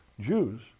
Jews